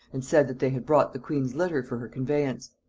and said that they had brought the queen's litter for her conveyance.